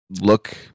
look